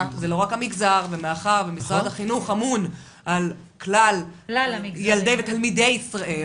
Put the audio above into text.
מאחר שמשרד החינוך אמון על כלל תלמידי ישראל,